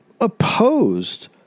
opposed